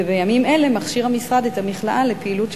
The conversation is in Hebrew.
ובימים אלה המשרד מכשיר את המכלאה לפעילות,